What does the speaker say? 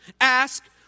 Ask